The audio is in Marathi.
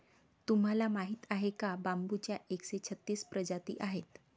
तुम्हाला माहीत आहे का बांबूच्या एकशे छत्तीस प्रजाती आहेत